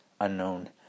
unknown